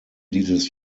dieses